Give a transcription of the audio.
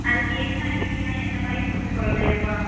அதற்கு என்ன ஐடியா எந்த மாரின்னு கொஞ்சம் சொல்லுறியாப்பா